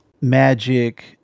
magic